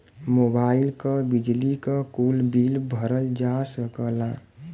mobile क, बिजली क, कुल बिल भरल जा सकला